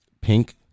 Pink